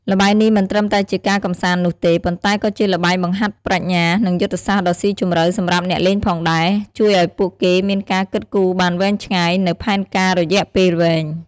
ល្បែងនេះមិនត្រឹមតែជាការកម្សាន្តនោះទេ ប៉ុន្តែក៏ជាល្បែងបង្ហាត់ប្រាជ្ញា និងយុទ្ធសាស្ត្រដ៏ស៊ីជម្រៅសម្រាប់អ្នកលេងផងដែរ ជួយឱ្យពួកគេមានការគិតគូរបានវែងឆ្ងាយនូវផែនការរយៈពេលវែង។